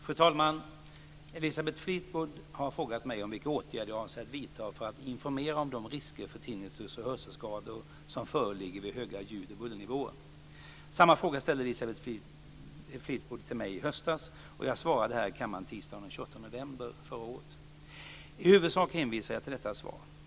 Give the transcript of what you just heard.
Fru talman! Elisabeth Fleetwood har frågat mig vilka åtgärder jag avser att vidta för att informera om de risker för tinnitus och hörselskador som föreligger vid höga ljud och bullernivåer. Samma fråga ställde Elisabeth Fleetwood till mig i höstas, och jag svarade här i kammaren tisdagen den 28 november förra året. I huvudsak hänvisar jag till detta svar.